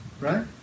right